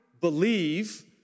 believe